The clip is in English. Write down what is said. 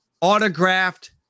autographed